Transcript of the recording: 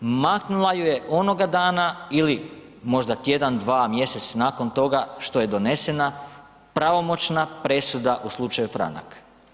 Maknula ju je onoga dana ili možda tjedan, dva mjesec nakon toga što je donesena pravomoćna presuda u slučaju franak.